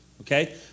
Okay